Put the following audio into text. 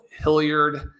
Hilliard